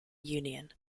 union